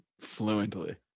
Fluently